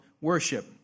worship